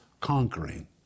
conquering